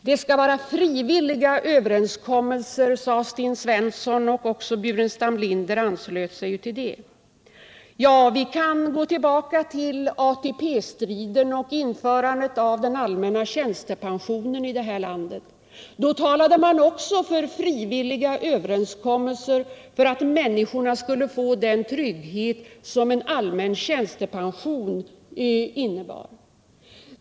Det skall vara frivilliga överenskommelser, sade Sten Svensson, och också herr Burenstam Linder anslöt sig därtill. Ja, vi kan gå tillbaka till ATP-striden och införandet av den allmänna tjänstepensionen i detta land. Då talade man också för frivilliga överenskommelser för att människorna skulle få den trygghet som en allmän tjänstepension innebar.